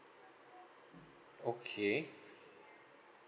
okay